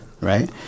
right